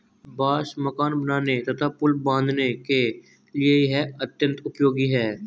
बांस मकान बनाने तथा पुल बाँधने के लिए यह अत्यंत उपयोगी है